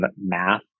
math